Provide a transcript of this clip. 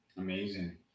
Amazing